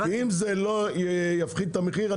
אם זה לא יפחית את המחיר,